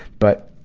but,